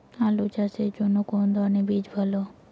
আলু চাষের জন্য কোন ধরণের বীজ ভালো?